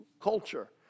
culture